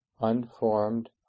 unformed